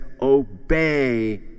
obey